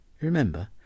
Remember